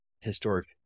historic